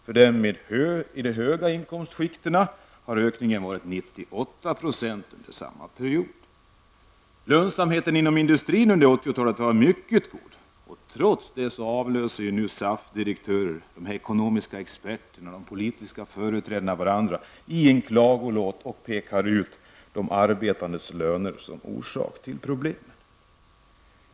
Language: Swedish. För dem i de höga inkomstskiktena har ökningen varit 98 % under samma period. Lönsamheten inom industrin under 80-talet har varit mycket god. Trots detta avlöser SAF direktörer, ''ekonomiska experter'' och politiska företrädare varandra i en klagolåt och pekar ut arbetarnas löner som orsak till problemen.